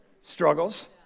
struggles